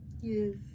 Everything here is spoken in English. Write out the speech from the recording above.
Yes